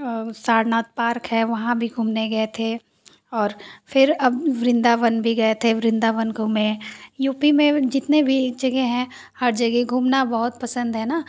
Sarnath park है वहाँ भी घूमने गये थे और फिर अब वृंदावन भी गये थे वृंदावन भी घूमे यू पी में जितने भी जगह है हर जगह घूमना बहुत पसंद है न